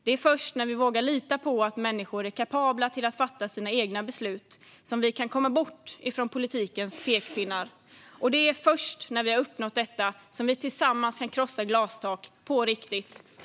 Det är först när vi vågar lita på att människor är kapabla att fatta sina egna beslut som vi kan komma bort från politikens pekpinnar. Det är först när vi har uppnått detta som vi tillsammans kan krossa glastak på riktigt.